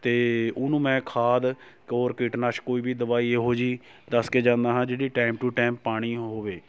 ਅਤੇ ਉਹਨੂੰ ਮੈਂ ਖਾਦ ਹੋਰ ਕੀਟਨਾਸ਼ਕ ਕੋਈ ਵੀ ਦਵਾਈ ਇਹੋ ਜਿਹੀ ਦੱਸ ਕੇ ਜਾਂਦਾ ਹਾਂ ਜਿਹੜੀ ਟਾਈਮ ਟੂ ਟਾਈਮ ਪਾਉਣੀ ਹੋਵੇ